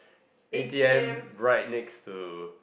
A_T_M right next to